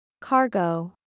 Cargo